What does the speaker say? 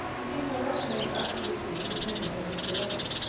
methinks i might remain absolutely independent of mr. lovelace,